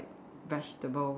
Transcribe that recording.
vegetables